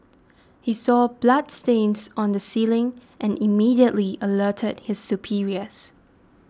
he saw bloodstains on the ceiling and immediately alerted his superiors